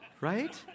Right